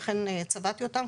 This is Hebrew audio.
לכן צבעתי אותם,